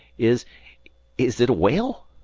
is is it a whale?